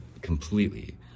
completely